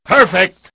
Perfect